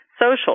social